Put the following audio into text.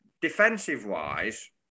defensive-wise